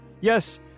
Yes